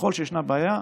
ככל שישנה בעיה,